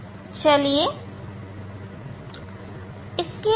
ठीक है